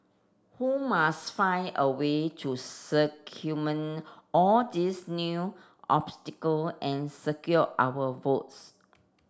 who must find a way to all these new obstacle and secure our votes